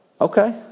Okay